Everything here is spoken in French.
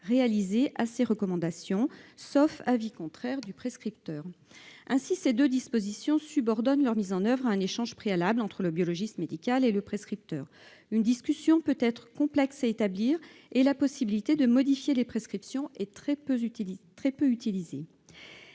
réalisés avec ces recommandations, sauf avis contraire du prescripteur. Ainsi, ces deux dispositions supposent un échange préalable entre le biologiste médical et le prescripteur. Une discussion peut être complexe à engager, et la possibilité de modifier les prescriptions est très peu utilisée.